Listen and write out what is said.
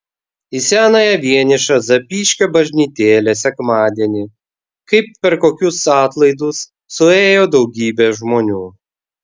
į senąją vienišą zapyškio bažnytėlę sekmadienį kaip per kokius atlaidus suėjo daugybė žmonių